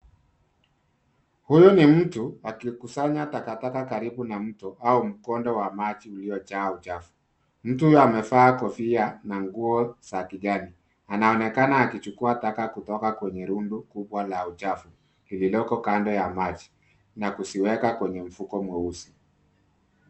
Huyu ni mtu akikusanya takataka karibu na mto au mkondo wa maji uliojaa uchafu. Mtu huyu amevaa kofia na nguo za kijani. Anaonekana akichukua uchafu kutoka kwenye rundo kubwa la uchafu lililoko kando ya maji na kuziweka kwenye mfuko mweusi.